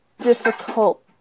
difficult